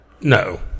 No